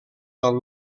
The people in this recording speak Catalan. del